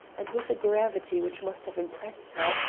and with a gravity which must have impressed her,